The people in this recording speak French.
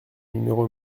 numéro